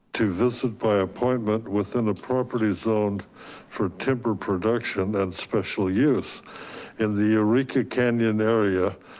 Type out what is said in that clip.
to visit by appointment within a property zone for timber production and special youth in the eureka canyon area.